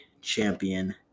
champion